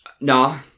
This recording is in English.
Nah